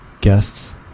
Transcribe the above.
guests